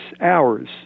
hours